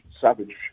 savage